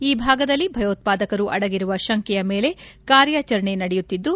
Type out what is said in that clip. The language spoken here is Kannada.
ಈ ಭಾಗದಲ್ಲಿ ಭಯೋತ್ವಾದಕರು ಅಡಗಿರುವ ಶಂಕೆಯ ಮೇಲೆ ಕಾರ್ಯಾಚರಣೆ ನಡೆಯುತ್ತಿದ್ದು